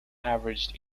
averaged